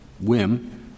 whim